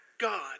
God